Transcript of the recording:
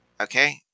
Okay